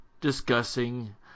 discussing